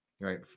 Right